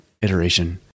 Iteration